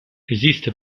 esiste